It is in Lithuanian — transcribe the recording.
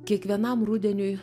kiekvienam rudeniui